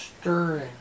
stirring